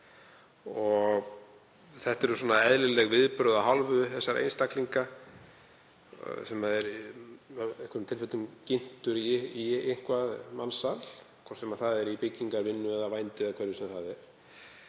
Það eru eðlileg viðbrögð af hálfu þessara einstaklinga sem eru í einhverjum tilfellum ginntir í mansal, hvort sem það er í byggingarvinnu eða vændi eða hverju sem það er,